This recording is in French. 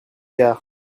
quart